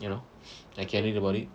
you know I can read about it